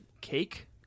Cake